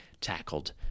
tackled